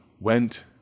went